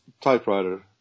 typewriter